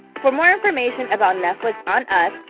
for more information about netflix on us,